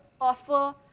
offer